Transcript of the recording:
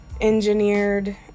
engineered